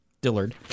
Dillard